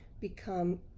become